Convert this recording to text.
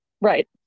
Right